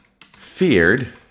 feared